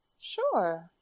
Sure